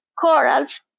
Corals